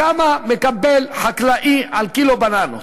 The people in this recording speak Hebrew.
כמה מקבל חקלאי על קילו בננות?